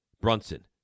Brunson